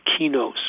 Kinos